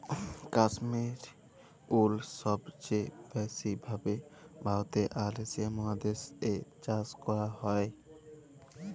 Kashmir wool সবচে ব্যাসি ভাবে ভারতে আর এশিয়া মহাদেশ এ চাষ করাক হয়ক